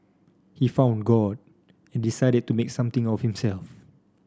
he found God and decided to make something of himself